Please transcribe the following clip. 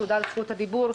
תודה על זכות הדיבור.